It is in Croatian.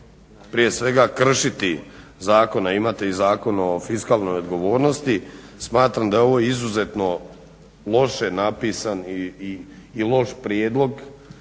prije svega kršiti zakone, a imate i Zakon o fiskalnoj odgovornosti smatram da je ovo izuzetno loše napisan i loš prijedlog,